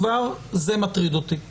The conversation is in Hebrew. כבר זה מטריד אותי בסדר?